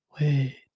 Wait